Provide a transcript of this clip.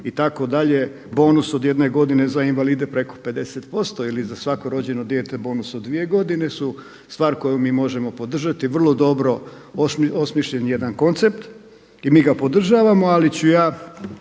itd. Bonus od jedne godine za invalide preko 50% ili za svako rođeno dijete bonus od dvije godine su stvar koju mi možemo podržati, vrlo dobro osmišljen jedan koncept. I mi ga podržavamo, ali ću ja